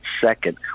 second